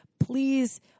please